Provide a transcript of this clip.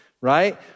right